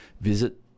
visit